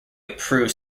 approve